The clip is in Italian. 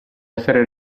essere